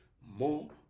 more